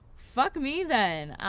fuck me then, um.